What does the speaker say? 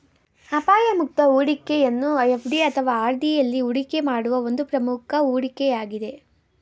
ಅಪಾಯ ಮುಕ್ತ ಹೂಡಿಕೆಯನ್ನು ಎಫ್.ಡಿ ಅಥವಾ ಆರ್.ಡಿ ಎಲ್ಲಿ ಹೂಡಿಕೆ ಮಾಡುವ ಒಂದು ಪ್ರಮುಖ ಹೂಡಿಕೆ ಯಾಗಿದೆ